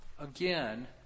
Again